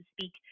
speak